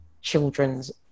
children's